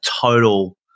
total